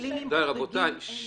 רבותיי.